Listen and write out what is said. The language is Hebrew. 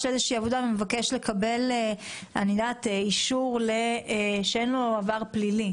לאיזושהי עבודה ומתבקש להביא אישור שאין לו עבר פלילי.